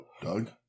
Doug